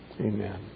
Amen